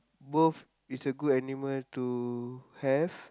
both is a good animal to have